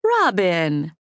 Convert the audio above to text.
Robin